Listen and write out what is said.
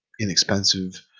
inexpensive